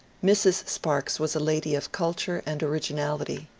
mrs. sparks was a lady of culture and originality.